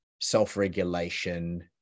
self-regulation